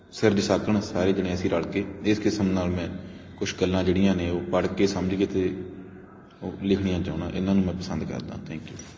ਸਿਰਜ ਸਕਣ ਸਾਰੇ ਜਾਣੇ ਅਸੀਂ ਰਲ ਕੇ ਇਸ ਕਿਸਮ ਨਾਲ ਮੈਂ ਕੁਛ ਗੱਲਾਂ ਜਿਹੜੀਆਂ ਨੇ ਉਹ ਪੜ੍ਹ ਕੇ ਸਮਝ ਕੇ ਅਤੇ ਓਹ ਲਿਖਣੀਆਂ ਚਾਹੁੰਦਾ ਇਹਨਾਂ ਨੂੰ ਮੈਂ ਪਸੰਦ ਕਰਦਾ ਥੈਂਕ ਯੂ